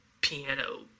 piano